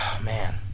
man